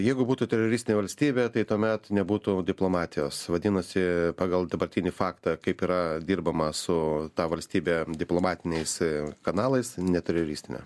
jeigu būtų teroristinė valstybė tai tuomet nebūtų diplomatijos vadinasi pagal dabartinį faktą kaip yra dirbama su ta valstybė diplomatiniais kanalais ne teroristinė